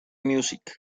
music